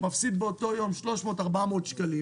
מפסיד באותו יום 400,300 שקלים,